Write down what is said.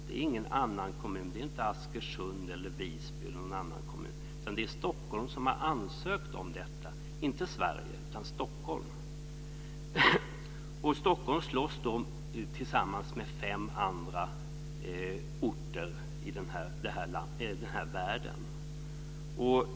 Det är inte Askersund, Visby eller någon annan kommun, utan det är Stockholm som har ansökt om detta. Inte Sverige, utan Stockholm. Stockholm slåss tillsammans med fem andra orter i världen.